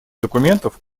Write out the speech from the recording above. документов